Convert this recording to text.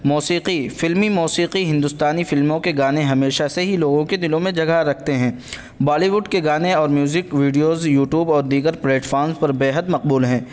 موسیقی فلمی موسیقی ہندوستانی فلموں کے گانے ہمیشہ سے ہی لوگوں کے دلوں میں جگہ رکھتے ہیں بالیووڈ کے گانے اور میوزک ویڈیوز یو ٹیوب اور دیگر پلیٹفامس پر بےحد مقبول ہیں